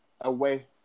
away